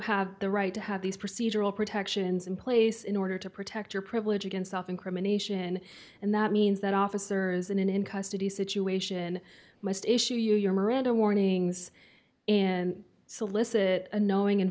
have the right to have these procedural protections in place in order to protect your privilege against self incrimination and that means that officers in an in custody situation must issue you your miranda warnings and solicit a knowing and